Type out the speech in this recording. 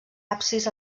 absis